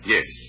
Yes